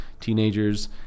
teenagers